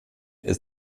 ist